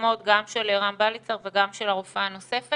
הפרסומות גם של רן בליצר וגם של הרופאה הנוספת.